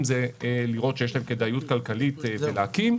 הוא לראות שיש להם כדאיות כלכלית בהקמה.